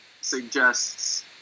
suggests